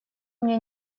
мне